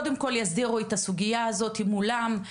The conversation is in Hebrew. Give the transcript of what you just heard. קודם כל יסדירו את הסוגיה הזאת מולם,